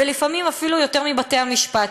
ולפעמים אפילו יותר מבתי-המשפט.